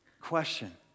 Question